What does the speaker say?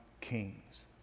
kings